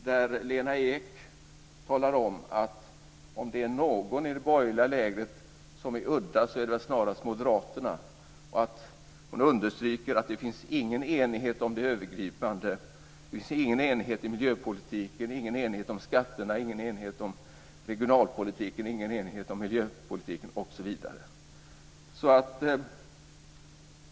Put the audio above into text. Där säger Lena Ek: Om det är någon i det borgerliga lägret som är udda är det snarast Moderaterna. Hon understryker: Det finns ingen enighet om det övergripande, ingen enighet om miljöpolitiken, ingen enighet om skatterna, ingen enighet om regionalpolitiken osv.